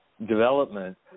development